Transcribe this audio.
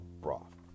broth